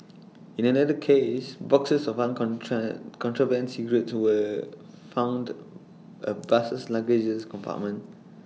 in another case boxes of on control contraband cigarettes were found A bus's luggage compartment